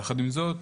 יחד עם זאת,